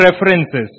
references